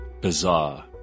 bizarre